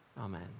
Amen